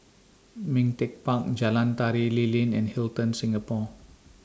Ming Teck Park Jalan Tari Lilin and Hilton Singapore